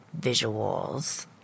visuals